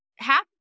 Half